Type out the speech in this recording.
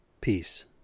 Peace